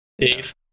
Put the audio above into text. dave